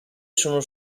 sono